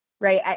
Right